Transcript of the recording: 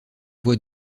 voie